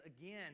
again